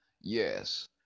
Yes